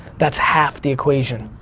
that's half the equation.